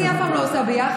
אני אף פעם לא עושה ביחס,